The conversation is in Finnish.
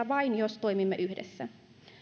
vain jos toimimme yhdessä